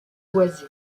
boisé